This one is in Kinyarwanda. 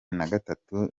nagatatu